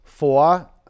Four